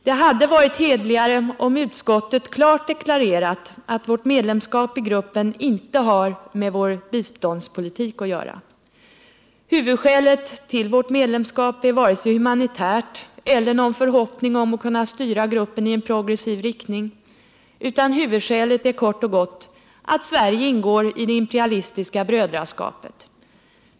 Det hade varit Nr 135 hederligare om utskottet klart deklarerat att vårt medlemskap i gruppen inte Onsdagen den har med vår biståndspolitik att göra. Huvudskälet för vårt medlemskap är inte 2 maj 1979 humanitärt, och det baseras inte heller på någon förhoppning om att vi skall kunna styra gruppen i en progressiv riktning, utan det är kort och gott att Sverige ingår i det imperialistiska brödraskapet.